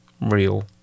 real